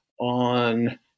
On